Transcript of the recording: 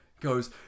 goes